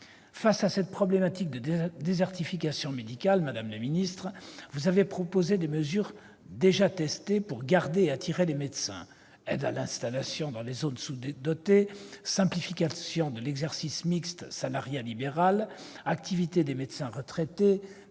de cette problématique de désertification médicale, madame la ministre, vous avez proposé des mesures déjà testées pour garder et attirer les médecins- aides à l'installation dans les zones sous-dotées, simplification de l'exercice mixte salariat-libéral, activité des médecins retraités,